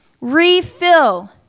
Refill